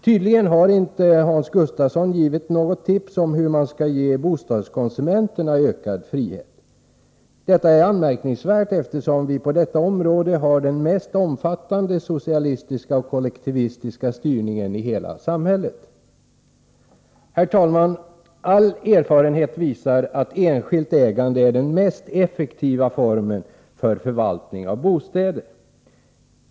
Tydligen har inte Hans Gustafsson givit något tips om hur man skall ge bostadskonsumenterna ökad frihet. Det är anmärkningsvärt, eftersom vi på detta område har den mest omfattande socialistiska och kollektivistiska styrningen i hela samhället. Herr talman! All erfarenhet visar att enskilt ägande är den mest effektiva formen för förvaltning av bostäder.